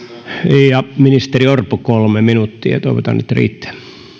ministeri orpo kolme minuuttia ja toivotaan että se riittää herra